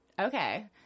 Okay